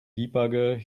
debugger